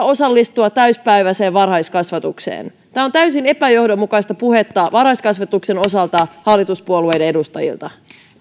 osallistua täysipäiväiseen varhaiskasvatukseen tämä on täysin epäjohdonmukaista puhetta varhaiskasvatuksen osalta hallituspuolueiden edustajilta